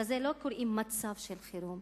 לזה לא קוראים מצב של חירום.